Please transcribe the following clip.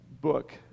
book